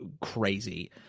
crazy